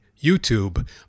YouTube